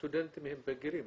הסטודנטים הם בגירים.